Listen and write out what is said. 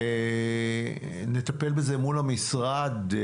ונטפל בזה מול המשרד.